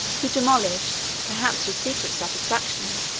who demolished, perhaps with secret satisfaction,